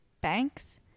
banks